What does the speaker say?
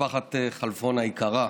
חבריי חברי הכנסת ומשפחת כלפון היקרה,